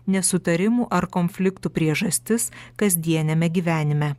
nesutarimų ar konfliktų priežastis kasdieniame gyvenime